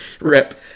rip